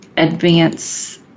Advance